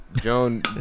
Joan